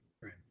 Right